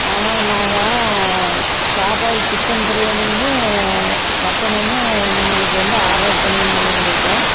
ஆமாங்க நாங்கள் சாப்பாடு சிக்கன் பிரியாணியுமும் மட்டனுமும் உங்களுக்கு வந்து ஆர்டர் பண்ணியிருந்தோங்க உங்கள்கிட்ட